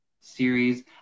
series